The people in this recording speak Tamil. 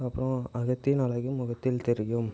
அப்புறம் அகத்தின் அழகு முகத்தில் தெரியும்